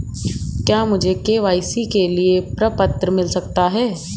क्या मुझे के.वाई.सी के लिए प्रपत्र मिल सकता है?